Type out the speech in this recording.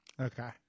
Okay